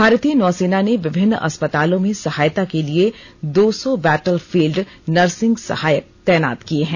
भारतीय नौसेना ने विभिन्न अस्पतालों में सहायता के लिए दो सौ बैटल फील्ड नर्सिंग सहायक तैनात किए हैं